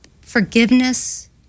forgiveness